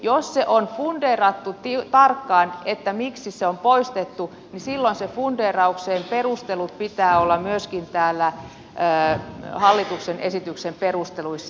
jos se on fundeerattu tarkkaan miksi se on poistettu niin silloin sen fundeerauksen perustelujen pitää olla myöskin täällä hallituksen esityksen perusteluissa